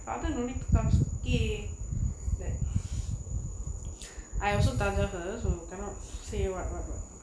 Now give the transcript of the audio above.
father no need to comes okay then I also her so can not say what what what